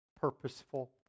purposeful